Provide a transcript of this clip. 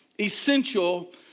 essential